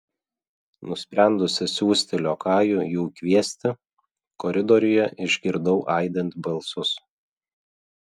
nusprendusi siųsti liokajų jų kviesti koridoriuje išgirdau aidint balsus